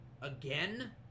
again